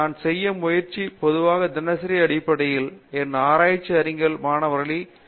நான் செய்ய முயற்சி பொதுவாக தினசரி அடிப்படையில் என் ஆராய்ச்சி அறிஞர்கள் மாணவர்களை சந்திக்க விரும்புகிறேன்